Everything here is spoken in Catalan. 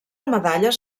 medalles